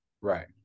right